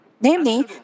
Namely